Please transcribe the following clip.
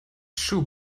shoe